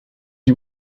you